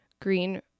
green